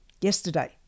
Yesterday